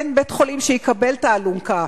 אין בית-חולים שיקבל את האלונקה,